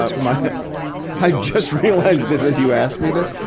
ah my i just realized this is, you asked me this.